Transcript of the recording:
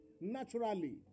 naturally